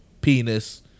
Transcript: penis